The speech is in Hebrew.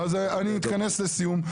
אני אתכנס לסיום.